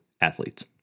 athletes